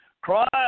Christ